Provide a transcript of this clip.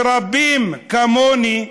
ורבים כמוני,